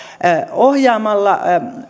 ohjaamalla